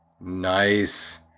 Nice